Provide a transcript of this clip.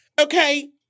Okay